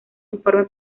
informe